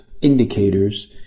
indicators